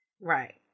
Right